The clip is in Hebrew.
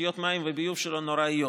ותשתיות המים והביוב שלו נוראיות.